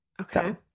Okay